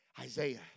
Isaiah